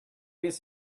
guess